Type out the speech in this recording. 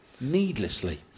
needlessly